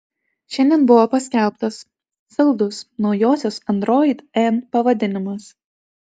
šiandien buvo paskelbtas saldus naujosios android n pavadinimas